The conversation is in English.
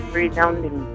resounding